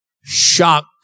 shock